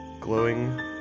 glowing